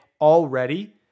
already